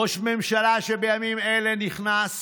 ראש הממשלה בימים אלה נכנס